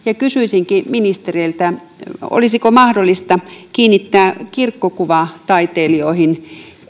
kysyisinkin ministeriltä olisiko mahdollista kiinnittää kirkkokuvataiteilijoihin